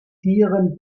tieren